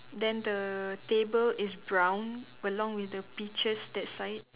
then the table is brown along with the peaches that side